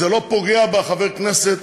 זה לא פוגע בחבר הכנסת.